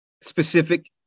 specific